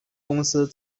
公司